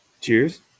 Cheers